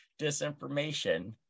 disinformation